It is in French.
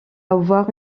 avoir